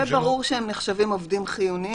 שיהיה ברור שהם נחשבים עובדים חיוניים.